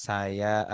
Saya